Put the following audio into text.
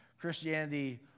Christianity